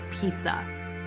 pizza